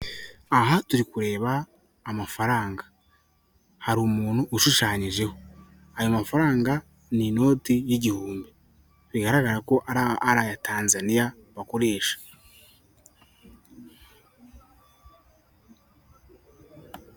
Aha turi kureba amafaranga. Hari umuntu ushushanyijeho. Aya mafaranga ni inoti y'igihumbi. Bigaragara ko ari aya Tanzaniya bakoresha.